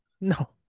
No